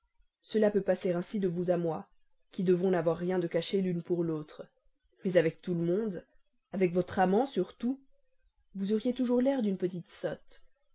cela peut passer ainsi de vous à moi qui devons n'avoir rien de caché l'une pour l'autre mais avec tout le monde avec votre amant surtout vous auriez toujours l'air d'une petite sotte